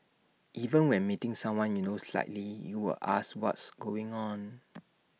even when meeting someone you know slightly you would ask what's going on